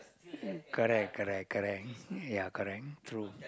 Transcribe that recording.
correct correct correct ya correct true